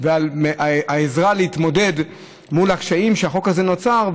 ועל העזרה להתמודד מול הקשיים שהחוק הזה יצר.